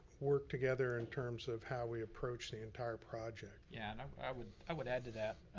work together in terms of how we approach the entire project. yeah, and um i would i would add to that.